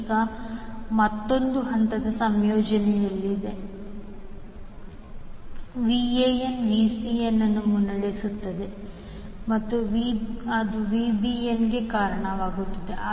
ಈಗ ಮತ್ತೊಂದು ಹಂತದ ಸಂಯೋಜನೆಯಿದೆ ಅಲ್ಲಿ Van Vcn ಅನ್ನು ಮುನ್ನಡೆಸುತ್ತದೆ ಮತ್ತು ಅದು Vbnಗೆ ಕಾರಣವಾಗುತ್ತದೆ